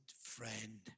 friend